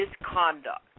Misconduct